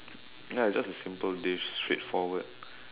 ya it's just a simple dish straightforward